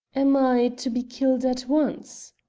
am i to be killed at once?